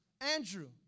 Andrew